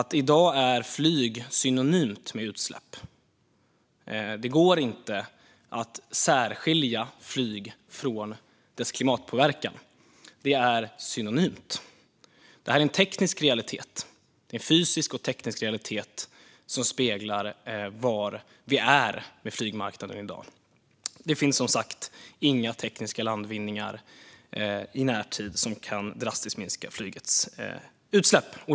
I dag är flyg synonymt med utsläpp. Det går inte att särskilja flyg från dess klimatpåverkan. Det är en fysisk och teknisk realitet som speglar var vi befinner oss med flygmarknaden i dag. Det finns, som sagt, inga tekniska landvinningar i närtid som drastiskt kan minska flygets utsläpp.